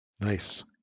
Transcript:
nice